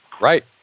Right